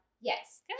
Yes